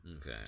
Okay